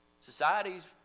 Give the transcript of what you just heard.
societies